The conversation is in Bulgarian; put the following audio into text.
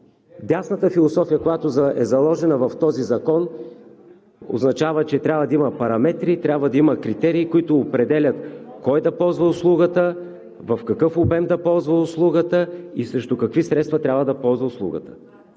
Дясната философия, която е заложена в този закон, означава, че трябва да има параметри, трябва да има критерии, които определят кой да ползва услугата, в какъв обем да ползва услугата и срещу какви средства трябва да ползва услугата.